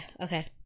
Okay